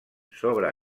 sobre